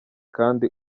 kandi